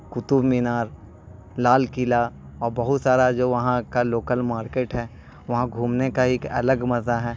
قطب مینار لال قلعہ اور بہت سارا جو وہاں کا لوکل مارکیٹ ہے وہاں گھومنے کا ایک الگ مزہ ہے